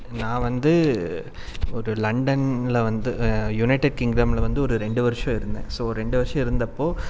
நான் வந்து ஒரு லண்டன்ல வந்து யுனைடெட் கிங்டம்ல வந்து ஒரு ரெண்டு வருஷம் இருந்தேன் ஸோ ரெண்டு வருஷம் இருந்தப்போ